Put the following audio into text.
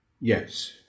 Yes